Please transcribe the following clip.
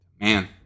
Man